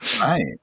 Right